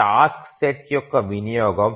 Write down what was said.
task set యొక్క వినియోగం